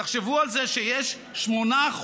תחשבו על זה שיש 8%,